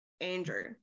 andrew